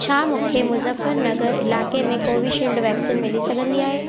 छा मूंखे मुज़फ़्फ़रनगर इलाइक़े में कोवीशील्ड वैक्सीन मिली सघंदी आहे